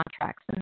contracts